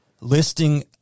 listing